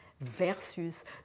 versus